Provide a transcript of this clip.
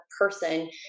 person